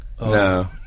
No